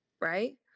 right